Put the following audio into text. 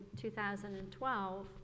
2012